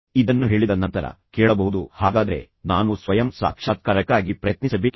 ಇದನ್ನು ಹೇಳಿದ ನಂತರ ನೀವು ಈಗ ಕೇಳಬಹುದುಃ ಹಾಗಾದರೆ ನಾನು ಸ್ವಯಂ ಸಾಕ್ಷಾತ್ಕಾರಕ್ಕಾಗಿ ಪ್ರಯತ್ನಿಸಬೇಕೇ